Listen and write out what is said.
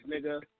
nigga